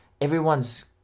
everyone's